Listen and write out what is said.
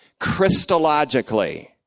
Christologically